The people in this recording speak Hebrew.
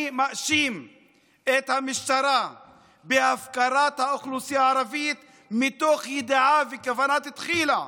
אני מאשים את המשטרה בהפקרת האוכלוסייה הערבית מתוך ידיעה וכוונה תחילה.